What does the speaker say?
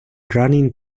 running